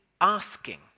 asking